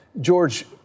george